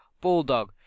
bulldog